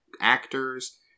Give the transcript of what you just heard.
actors